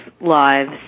lives